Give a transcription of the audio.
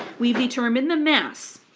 we've determined the mass.